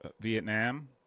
Vietnam